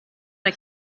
der